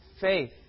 faith